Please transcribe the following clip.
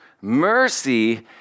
Mercy